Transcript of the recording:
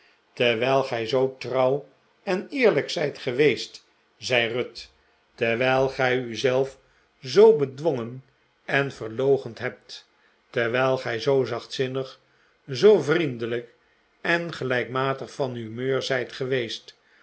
terwijl gij zoo trouw en eerlijk zijt geweest zei ruth terwijl gij u zelf zoo bedwongen en verloochend hebt terwijl gij zoo zachtzinnig zoo vrieridelijk en gelijkmatig van humeur zijt geweest